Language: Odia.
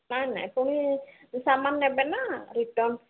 ନାଇଁ ନାଇଁ ପୁଣି ସାମାନ୍ ନେବେ ନା ରିଟର୍ଣ୍ଣ